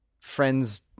friends